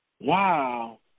Wow